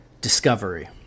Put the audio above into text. discovery